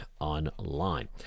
online